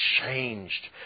changed